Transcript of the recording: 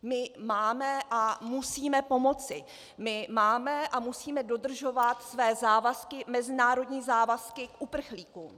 My máme a musíme pomoci, my máme a musíme dodržovat své závazky a mezinárodní závazky k uprchlíkům.